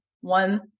One